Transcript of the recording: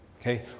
Okay